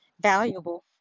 valuable